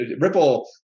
Ripple